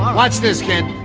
watch this kid.